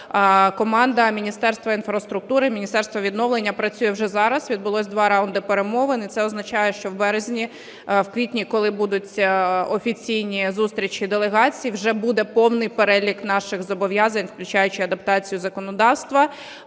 команда Міністерства інфраструктури, Міністерства відновлення працює вже зараз, відбулось два раунди перемовин, і це означає, що в березні, в квітні, коли будуть офіційні зустрічі делегацій, вже буде повний перелік наших зобов'язань, включаючи адаптацію законодавства.